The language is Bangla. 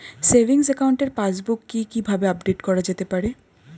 সেভিংস একাউন্টের পাসবুক কি কিভাবে আপডেট করা যেতে পারে?